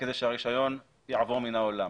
כדי שהרישיון יעבור מן העולם.